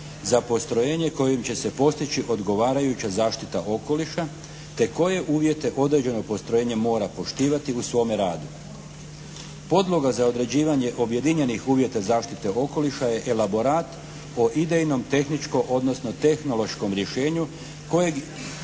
za postrojenje kojim će se postići odgovarajuća zaštita okoliša te koje uvjete određeno postrojenje mora poštivati u svome radu. Podloga za određivanje objedinjenih uvjeta zaštite okoliša je elaborat o idejnom tehničko odnosno tehnološkom rješenju kojeg